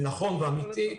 ונכון ואמיתי.